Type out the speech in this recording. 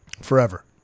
forever